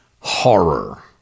horror